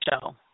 show